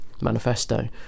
manifesto